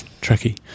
Tricky